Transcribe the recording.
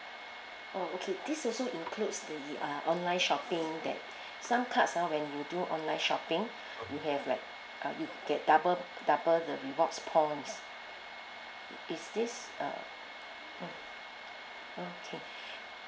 oh okay this also includes the uh online shopping that some cards ah when you do online shopping you have like get double double the rewards points is this uh mm okay